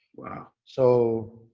wow. so,